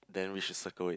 then we should circle it